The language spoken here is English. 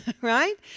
right